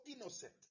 innocent